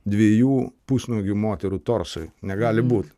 dviejų pusnuogių moterų torsai negali būt